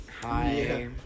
Hi